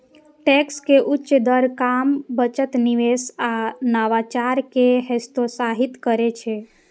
tax के उच्च दर काम, बचत, निवेश आ नवाचार कें हतोत्साहित करै छै